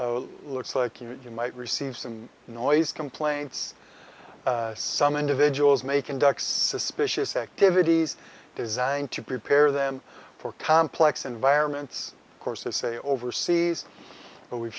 on looks like you might receive some noise complaints some individuals may conduct suspicious activities designed to prepare them for complex environments courses a overseas but we've